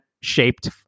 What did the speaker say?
shaped